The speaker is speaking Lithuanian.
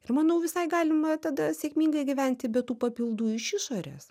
ir manau visai galima tada sėkmingai gyventi be tų papildų iš išorės